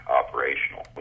operational